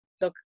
look